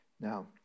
Now